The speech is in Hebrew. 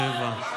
שבע.